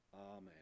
amen